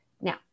Now